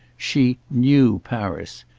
she knew paris.